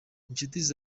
inshuti